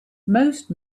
most